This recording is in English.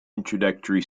introductory